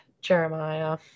Jeremiah